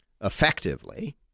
effectively